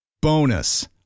Bonus